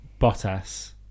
Bottas